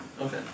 Okay